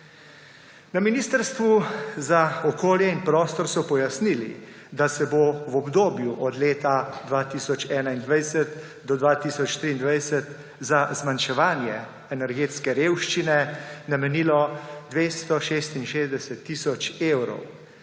Na Ministrstvu za okolje in prostor so pojasnili, da se bo v obdobju od leta 2021 do 2023 za zmanjševanje energetske revščine namenilo 266 tisoč evrov.